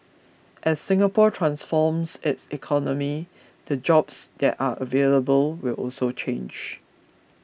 as Singapore transforms its economy the jobs that are available will also change